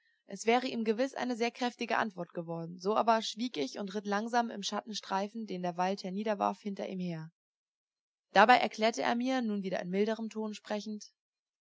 es wäre ihm gewiß eine sehr kräftige antwort geworden so aber schwieg ich und ritt langsam im schattenstreifen den der wald herniederwarf hinter ihm her dabei erklärte er mir nun wieder in milderem tone sprechend